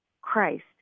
Christ